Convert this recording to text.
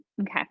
Okay